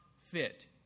fit